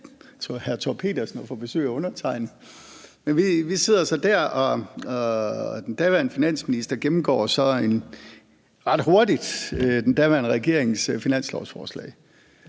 ting for hr. Thor Pedersen at få besøg af undertegnede. Men vi sidder så der, og den daværende finansminister gennemgår så ret hurtigt den daværende regerings finanslovsforslag,